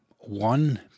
one